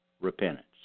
Repentance